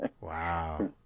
Wow